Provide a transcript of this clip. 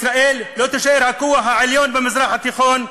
ישראל לא תישאר הכוח העליון במזרח התיכון,